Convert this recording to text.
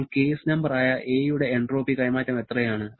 അപ്പോൾ കേസ് നമ്പറായ 'a' യുടെ എൻട്രോപ്പി കൈമാറ്റം എത്രയാണ്